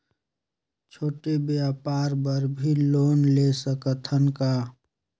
छोटे व्यापार बर भी लोन ले सकत हन का?